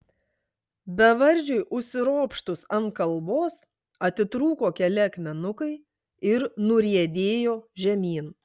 bevardžiui užsiropštus ant kalvos atitrūko keli akmenukai ir nuriedėjo žemyn